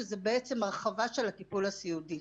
שזה בעצם הרחבה של הטיפול הסיעודי.